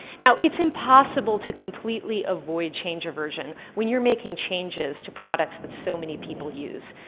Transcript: now, it's impossible to completely avoid change aversion when you're making changes to products that so many people use.